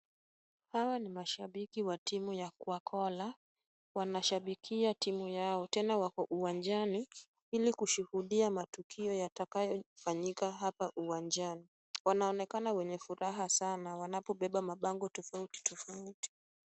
Hawa ni mashabiki wa timu ya Khwakhola. Wanashabikia timu yao, tena wako uwanjani ili kushuhudia matukio yatakayofanyika hapa uwanjani. Wanaonekana wenye furaha sana wanapobeba mabango tofauti tofauti.